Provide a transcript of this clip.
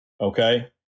okay